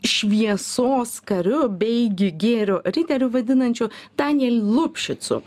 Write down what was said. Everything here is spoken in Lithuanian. šviesos kariu beigi gėrio riteriu vadinančiu danijel lupšicu